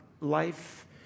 life